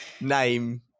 name